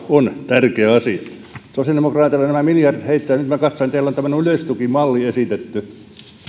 on tärkeä asia sosiaalidemokraateilla nämä miljardit heittävät nyt minä katsoin että teillä on tämmöinen yleistukimalli esitetty